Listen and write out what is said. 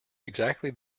exactly